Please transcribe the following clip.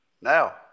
now